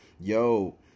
yo